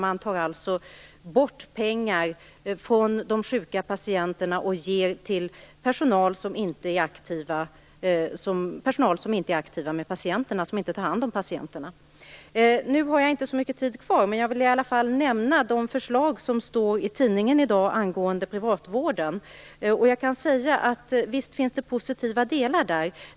Man tar bort pengar från de sjuka patienterna och ger till personal som inte är aktiv med patienterna och inte tar hand om patienterna. Nu har jag inte så mycket taletid kvar. Jag vill i varje fall nämna de förslag som står i tidningen i dag angående privatvården. Visst finns det positiva delar.